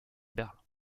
berlin